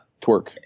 twerk